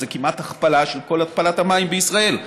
שזה כמעט הכפלה של כל התפלת המים בישראל.